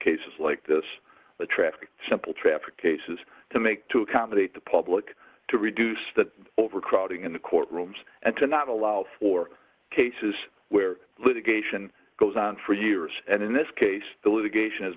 cases like this the traffic simple traffic cases to make to accommodate the public to reduce the overcrowding in the courtrooms and to not allow for cases where litigation goes on for years and in this case the litigation is